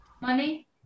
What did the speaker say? Money